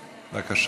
בבקשה,